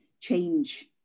change